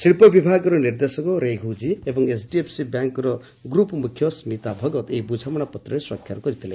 ଶି ୍ବ ବିଭାଗର ନିର୍ଦ୍ଦେଶକ ରେଘୁ ଜି ଏବଂ ଏଚ୍ଡିଏଫ୍ସି ବ୍ୟାଙ୍ର ଗ୍ରୁପ୍ ମୁଖ୍ୟ ସ୍କୀତା ଭଗତ ଏହି ବୁଝାମଣା ପତ୍ରରେ ସ୍ୱାକ୍ଷର କରିଥିଲେ